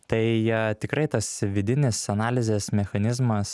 tai a tikrai tas vidinis analizės mechanizmas